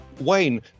Wayne